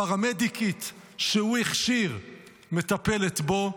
הפרמדיקית שהוא הכשיר מטפלת בו.